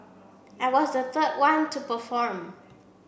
I was the third one to perform